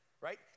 right